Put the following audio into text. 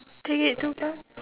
take it too far